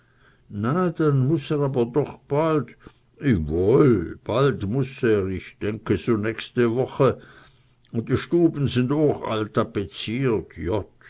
na dann muß er aber doch bald i woll bald muß er ich denke so nächste woche un de stuben sind ooch all tapziert jott